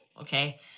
okay